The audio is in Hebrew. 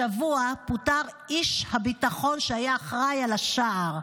השבוע פוטר איש הביטחון שהיה אחראי על השער.